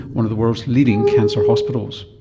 one of the world's leading cancer hospitals.